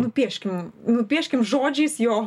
nupieškim nupieškim žodžiais jo